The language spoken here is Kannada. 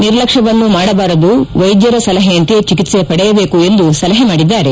ನಿರ್ಲಕ್ಷ್ನವನ್ನೂ ಮಾಡಬಾರದು ವೈದ್ಯರ ಸಲಹೆಯಂತೆ ಚಿಕಿತ್ಸೆ ಪಡೆಯಬೇಕು ಎಂದು ಸಲಹೆ ಮಾಡಿದ್ದಾರೆ